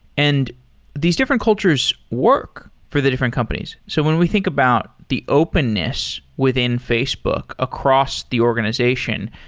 and these different cultures work for the different companies. so when we think about the openness within facebook across the organization,